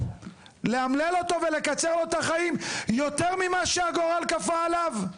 לאמלל אותו ולקצר לו את החיים יותר ממה שהגורל כפה עליו?